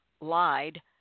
lied